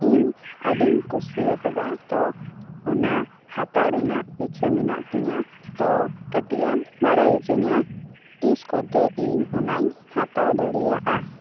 ᱤᱧ ᱟᱹᱰᱤᱧ ᱠᱩᱥᱤᱭᱟᱠᱟᱫᱟ ᱛᱚ ᱚᱱᱟ ᱦᱟᱛᱟᱣ ᱨᱮᱱᱟᱜ ᱤᱪᱷᱟᱹ ᱢᱮᱱᱟᱜ ᱛᱤᱧᱟᱹ ᱛᱚ ᱠᱟᱴᱤᱡ ᱮᱢ ᱵᱟᱲᱟᱭ ᱦᱚᱪᱚᱧᱟ ᱛᱤᱥ ᱠᱚᱛᱮ ᱤᱧ ᱚᱱᱟᱧ ᱦᱟᱛᱟᱣ ᱫᱟᱲᱮᱭᱟᱜᱼᱟ